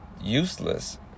useless